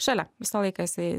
šalia visą laiką jisai